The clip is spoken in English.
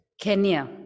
Kenya